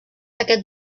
aquest